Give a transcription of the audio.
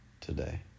today